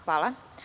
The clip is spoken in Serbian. Hvala.